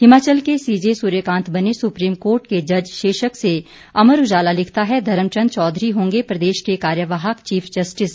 हिमाचल के सीजे सूर्यकांत बने supreme court के जज शीर्षक से अमर उजाला लिखता है धर्मचंद चौधरी होंगे प्रदेश के कार्यवाहक चीफ जस्टिस